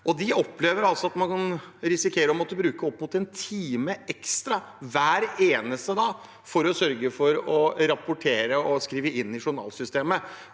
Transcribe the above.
De opplever altså at man kan risikere å måtte bruke opp mot en time ekstra hver eneste dag for å sørge for å rapportere og skrive inn i journalsystemet.